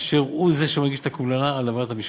אשר הוא זה שמגיש את הקובלנה על עבירת המשמעת.